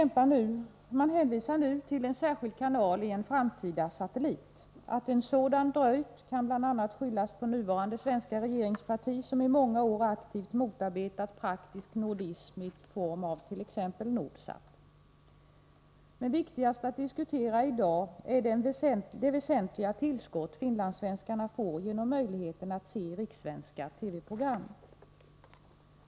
Man hänvisar nu till en särskild kanal i en framtida satellit. Att en sådan har dröjt kan bl.a. skyllas på nuvarande svenska regeringsparti, som i många år aktivt har motarbetat praktisk nordism i form av t.ex. Nordsat. Det viktigaste att diskutera i dag är det väsentliga tillskott som finlandssvenskarna får genom möjligheten att se rikssvenska TV-program.